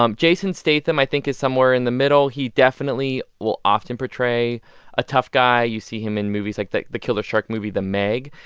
um jason statham, i think, is somewhere in the middle. he definitely will often portray a tough guy. you see him in movies like the the killer shark movie the meg.